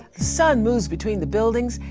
sun moves between the buildings,